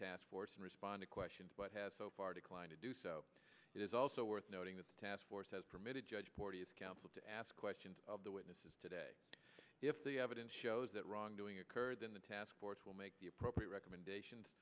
taskforce and respond to questions but has so far declined to do so is also worth noting that the task force has permitted judge porteous counsel to ask questions of the witnesses today if the evidence shows that wrongdoing occurred in the task force will make the appropriate recommendations